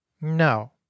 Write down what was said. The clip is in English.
No